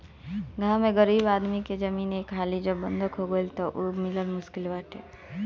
गांव में गरीब आदमी के जमीन एक हाली जब बंधक हो गईल तअ उ मिलल मुश्किल बाटे